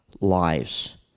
lives